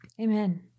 Amen